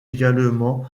également